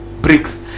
bricks